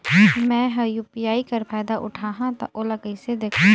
मैं ह यू.पी.आई कर फायदा उठाहा ता ओला कइसे दखथे?